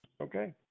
Okay